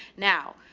now,